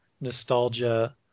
nostalgia